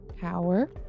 power